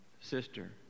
sister